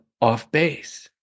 off-base